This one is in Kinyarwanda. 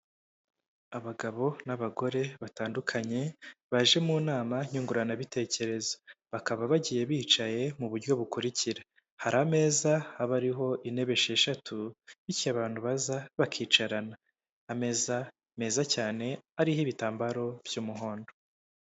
Abagabo n'abagore batandukanye baje mu nama nyunguranabitekerezo bakaba bagiye bicaye muburyo bukurikira hari ameza haba hariho intebe esheshatu bityo abantu baza bakicarana ameza meza cyane ariho ibitambaro by'umuhondo.